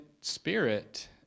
spirit